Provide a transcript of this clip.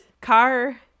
Car